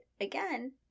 again